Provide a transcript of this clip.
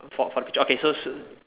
for for the picture okay so so